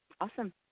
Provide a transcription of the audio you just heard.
Awesome